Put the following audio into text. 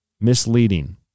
Misleading